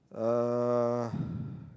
uh